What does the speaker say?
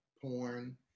porn